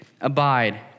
abide